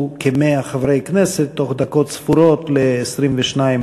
כ-100 חברי כנסת תוך דקות ספורות ל-22,